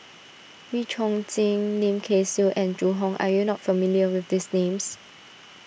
Wee Chong Jin Lim Kay Siu and Zhu Hong are you not familiar with these names